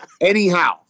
Anyhow